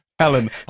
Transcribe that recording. Helen